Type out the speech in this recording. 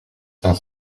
cinq